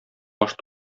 баш